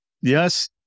Yes